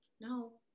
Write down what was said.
No